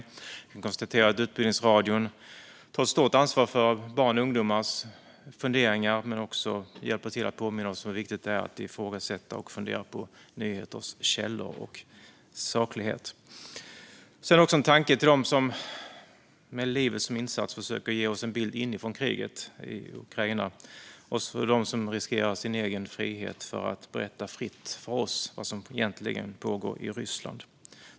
Vi kan också konstatera att Utbildningsradion tar ett stort ansvar för barns och ungdomars funderingar. De hjälper även till att påminna oss om hur viktigt det är att ifrågasätta och fundera på nyheters källor och saklighet. Jag sänder också en tanke till dem som med livet som insats försöker ge oss en bild inifrån kriget i Ukraina och till dem som riskerar sin egen frihet för att berätta fritt för oss vad som egentligen pågår i Ryssland.